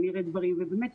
באמת,